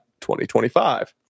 2025